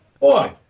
boy